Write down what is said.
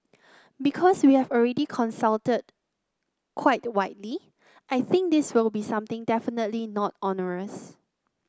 because we have already consulted quite widely I think this will be something definitely not onerous